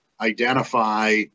identify